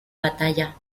batalla